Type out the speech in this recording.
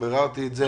ביררתי את זה.